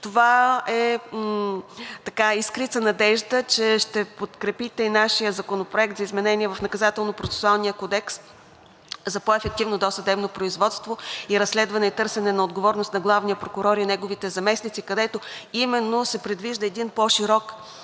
Това е искрица надежда, че ще подкрепите нашия Законопроект за изменение в Наказателно-процесуалния кодекс за по-ефективно досъдебно производство и разследване и търсене на отговорност на главния прокурор и неговите заместници, където именно се предвижда един по-широк